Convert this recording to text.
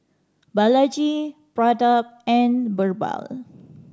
Balaji Pratap and Birbal